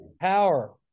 Power